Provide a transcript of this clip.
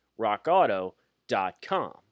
rockauto.com